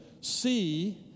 See